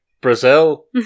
Brazil